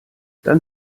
dann